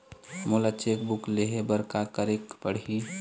मोला cheque book लेहे बर का केरेक पढ़ही?